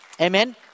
Amen